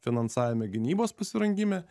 finansavime gynybos pasirengime